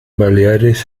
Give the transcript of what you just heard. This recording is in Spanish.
baleares